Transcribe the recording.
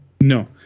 no